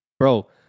bro